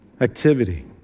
Activity